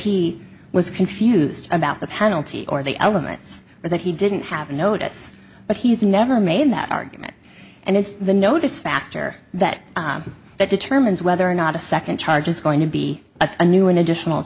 he was confused about the penalty or the elements or that he didn't have notice but he's never made that argument and it's the notice factor that that determines whether or not a second charge is going to be a a new an additional